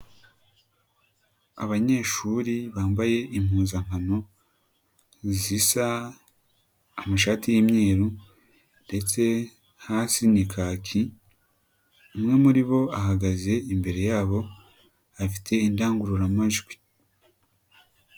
Abanyeshuri bambaye impuzankano zisa amashati y'imyeru ndetse hasi ni kaki, umwe muri bo ahagaze imbere yabo afite indangururamajwi.